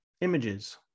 images